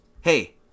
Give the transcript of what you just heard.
hey